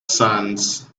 sands